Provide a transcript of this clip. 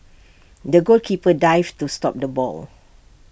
the goalkeeper dived to stop the ball